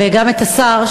וגם את השר,